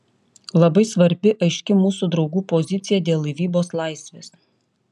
labai svarbi aiški mūsų draugų pozicija dėl laivybos laisvės